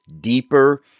deeper